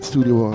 Studio